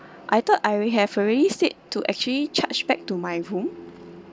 I thought I already have already said to actually charged back to my room